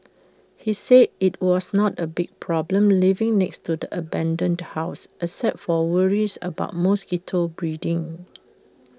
he said IT was not A big problem living next to the abandoned house except for worries about mosquito breeding